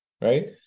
right